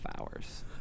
hours